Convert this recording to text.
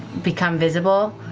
become visible,